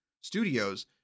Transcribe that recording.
studios